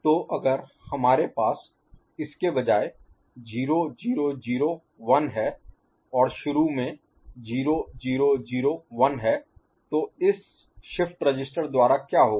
तो अगर हमारे पास इसके बजाय 0 0 0 1 है और शुरू में 0 0 0 1 है तो इस शिफ्ट रजिस्टर द्वारा क्या होगा